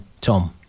tom